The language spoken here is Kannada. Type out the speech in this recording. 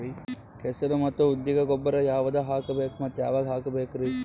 ಹೆಸರು ಮತ್ತು ಉದ್ದಿಗ ಗೊಬ್ಬರ ಯಾವದ ಹಾಕಬೇಕ ಮತ್ತ ಯಾವಾಗ ಹಾಕಬೇಕರಿ?